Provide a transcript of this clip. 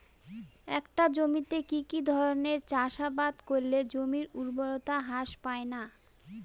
একটা জমিতে কি কি ধরনের চাষাবাদ করলে জমির উর্বরতা হ্রাস পায়না?